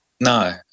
No